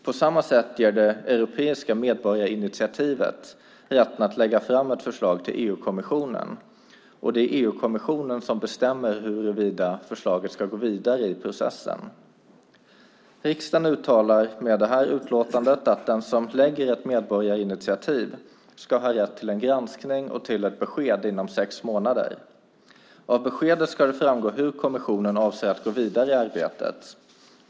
På samma sätt ger det europeiska medborgarinitiativet rätten att lägga fram ett förslag för EU-kommissionen, och det är kommissionen som bestämmer huruvida förslaget ska gå vidare i processen. Riksdagen uttalar med det här utlåtandet att den som tar ett medborgarinitiativ ska ha rätt till en granskning och ett besked inom sex månader. Av beskedet ska det framgå hur kommissionen avser att gå vidare i arbetet.